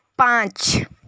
पाँच